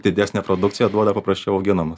didesnę produkciją duoda paprasčiau auginamas